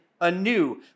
anew